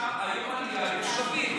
היום בעלייה יש שלבים.